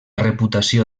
reputació